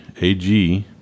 AG